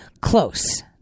close